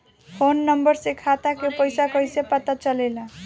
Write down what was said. Phone number से खाता के पइसा कईसे पता चलेला?